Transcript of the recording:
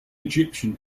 egyptian